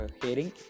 hearing